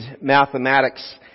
mathematics